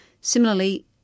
Similarly